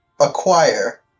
acquire